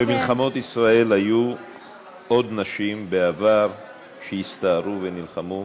במלחמות ישראל היו עוד נשים בעבר שהסתערו ונלחמו,